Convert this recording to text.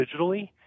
digitally